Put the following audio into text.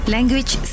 Language